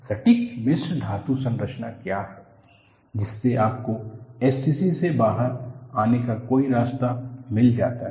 सटीक मिश्र धातु संरचना क्या है जिससे आपको SCC से बाहर आने का कोई रास्ता मिल जाता है